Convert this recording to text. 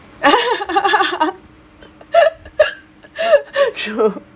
true